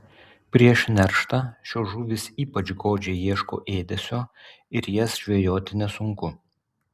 prieš nerštą šios žuvys ypač godžiai ieško ėdesio ir jas žvejoti nesunku